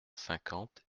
cinquante